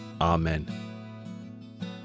Amen